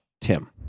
Tim